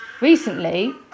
recently